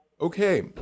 Okay